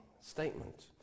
statement